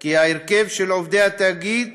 כי ההרכב של עובדי התאגיד